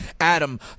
Adam